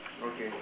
okay